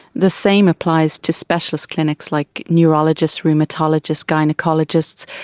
the same applies to specialist clinics like neurologists, rheumatologists, gynaecologists.